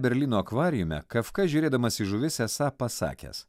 berlyno akvariume kafka žiūrėdamas į žuvis esą pasakęs